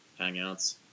Hangouts